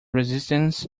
resistance